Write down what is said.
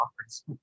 offers